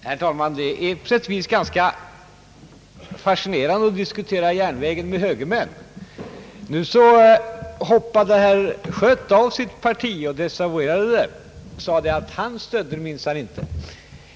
Herr talman! Det är på sätt och vis ganska fascinerande att diskutera järnvägen med högermän! Nu hoppade herr Schött av från sitt parti, desavuerade det och sade, att han stödde minsann inte partiet.